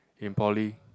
in poly